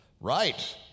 Right